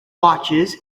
watches